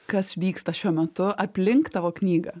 kas vyksta šiuo metu aplink tavo knygą